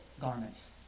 garments